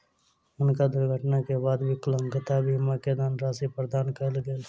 हुनका दुर्घटना के बाद विकलांगता बीमा के धनराशि प्रदान कयल गेल